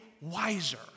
wiser